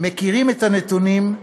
מכירים את הנתונים,